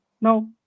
No